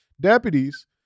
Deputies